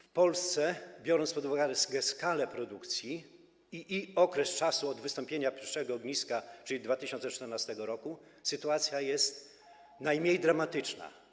W Polsce, biorąc pod uwagę skalę produkcji i okres od wystąpienia pierwszego ogniska, czyli od 2014 r., sytuacja jest najmniej dramatyczna.